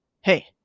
hey